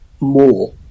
more